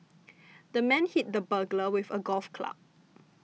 the man hit the burglar with a golf club